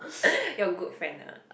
your good friend ah